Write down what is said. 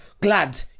glad